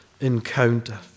encounter